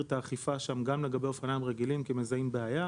את האכיפה שם גם לגבי אופניים רגילים כי מזהים בעיה,